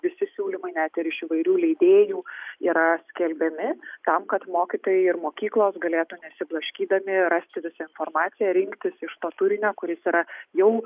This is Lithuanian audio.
visi siūlymai net ir iš įvairių leidėjų yra skelbiami tam kad mokytojai ir mokyklos galėtų nesiblaškydami rasti visą informaciją rinktis iš to turinio kuris yra jau